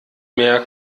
mehr